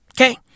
Okay